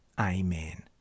Amen